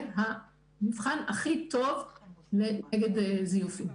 שקיפות זה המבחן הכי טוב נגד זיופים.